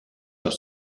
dans